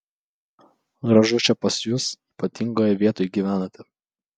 gražu čia pas jus ypatingoje vietoj gyvenate